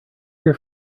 your